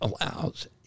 allows